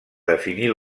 definir